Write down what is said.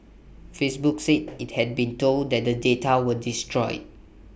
Facebook said IT had been told that the data were destroyed